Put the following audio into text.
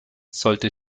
sollte